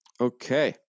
Okay